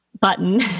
button